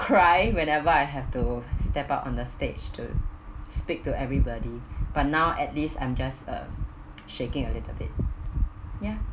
cry whenever I have to step out on the stage to speak to everybody but now at least I'm just uh shaking a little bit